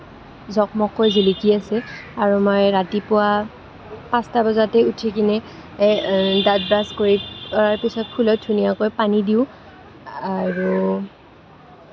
জকমককৈ জিলিকি আছে আৰু মই ৰাতিপুৱা পাঁচটা বজাতে উঠি কিনে দা দাঁত ব্ৰাছ কৰি তাৰ পিছত ফুলত ধুনীয়াকৈ পানী দিওঁ আৰু